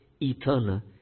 eternal